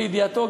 על ידיעתו,